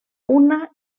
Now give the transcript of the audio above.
una